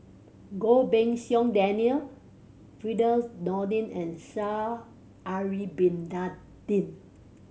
Goh Pei Siong Daniel Firdaus Nordin and Sha'ari Bin Tadin